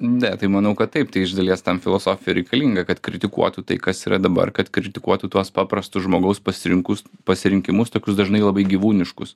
ne tai manau kad taip tai iš dalies tam filosofija ir reikalinga kad kritikuotų tai kas yra dabar kad kritikuotų tuos paprastus žmogaus pasirinkus pasirinkimus tokius dažnai labai gyvūniškus